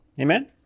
Amen